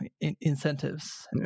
incentives